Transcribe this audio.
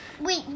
Wait